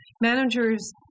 managers